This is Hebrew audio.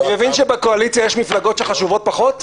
אני מבין שבקואליציה יש מפלגות שחשובות פחות.